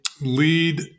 lead